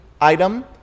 item